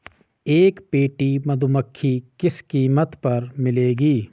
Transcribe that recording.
एक पेटी मधुमक्खी किस कीमत पर मिलेगी?